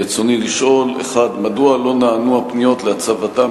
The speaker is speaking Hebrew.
רצוני לשאול: 1. מדוע לא נענו הפניות להצבתם